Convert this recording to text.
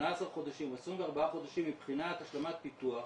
18 חודשים או 24 חודשים מבחינת השלמת פיתוח,